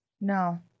No